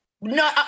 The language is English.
No